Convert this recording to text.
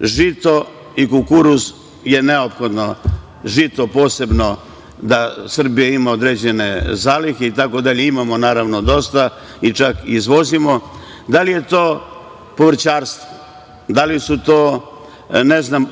žito i kukuruz je neophodno, žito posebno, da Srbija ima određene zalihe itd, naravno, imamo dosta i čak izvozimo, da li je to povrćarstvo,